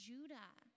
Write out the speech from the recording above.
Judah